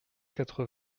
quatre